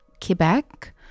Quebec